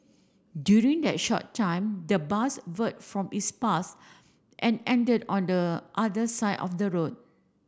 during that short time the bus veered from its path and ended on the other side of the road